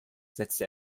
setzte